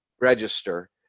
register